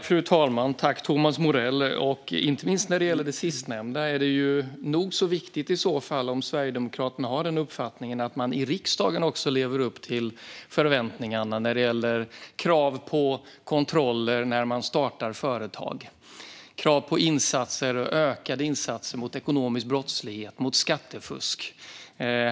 Fru talman! Inte minst när det gäller det sistnämnda är det nog så viktigt att Sverigedemokraterna har uppfattningen att man också i riksdagen ska leva upp till förväntningarna när det gäller krav på kontroller när man startar företag, krav på insatser och ökade insatser mot ekonomisk brottslighet och skattefusk.